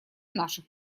наших